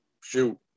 shoot